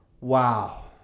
Wow